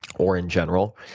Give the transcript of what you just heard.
or in general,